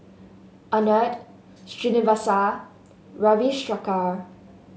Anand Srinivasa Ravi Shankar